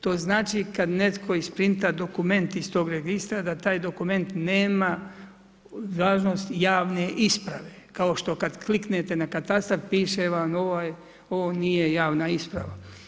To znači kad netko isprinta dokument iz tog registra, da taj dokument nema važnost javne isprave kao što kad kliknete na katastar piše vam ovo nije javna isprava.